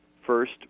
first